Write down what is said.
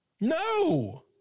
No